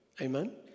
Amen